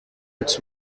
its